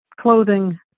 clothing